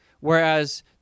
Whereas